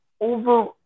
over